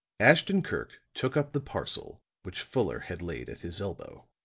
ashton-kirk took up the parcel which fuller had laid at his elbow.